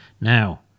Now